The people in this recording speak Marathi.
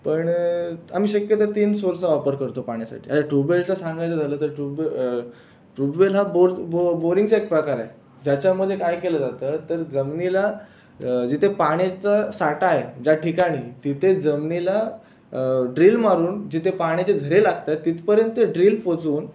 पण आम्ही शक्यतो तीन सोर्सचा वापर करतो पाण्यासाठी अन ट्यूबवेलचा सांगायचं झालं तर ट्यूबवेल ट्यूबवेल हा बोर बो बोरिंगचा एक प्रकार आहे ज्याच्यामध्ये काय केलं जातं तर जमिनीला जिथे पाण्याचा साठा आहे त्या ठिकाणी तिथे जमिनीला ड्रिल मारुन जिथे पाण्याचे झरे लागतात तिथपर्यंत ड्रिल पोचवून